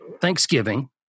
Thanksgiving